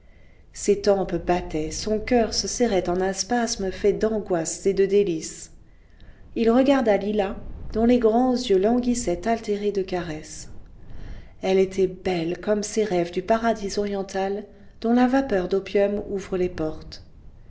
ses tempes battaient son coeur se serrait en un spasme fait d'angoisses et de délices il regarda lila dont les grands yeux languissaient altérés de caresses elle était belle comme ces rêves du paradis oriental dont la vapeur d'opium ouvre les portes